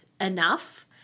enough